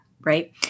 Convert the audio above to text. right